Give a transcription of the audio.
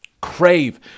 crave